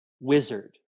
Wizard